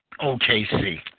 OKC